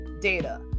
data